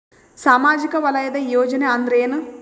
ಸಾಮಾಜಿಕ ವಲಯದ ಯೋಜನೆ ಅಂದ್ರ ಏನ?